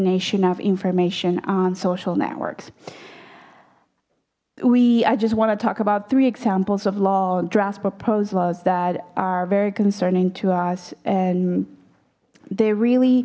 nation of information on social networks we i just want to talk about three examples of law drafts proposed laws that are very concerning to us and they really